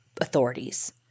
authorities